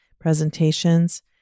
presentations